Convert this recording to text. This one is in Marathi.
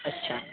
अच्छा